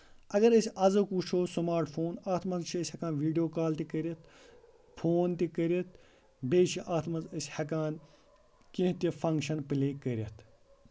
اَگر أسۍ أزیُک وٕچھو سٔمارٹ فون اَتھ منٛز چھِ ہٮ۪کان أسۍ ویٖڈیو کال تہِ کٔرِتھ فون تہِ کٔرِتھ بیٚیہِ چھِ اَتھ منٛز أسۍ ہٮ۪کان کیٚنٛہہ تہِ فَنکشن پلے کٔرِتھ